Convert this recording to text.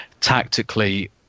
tactically